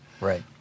Right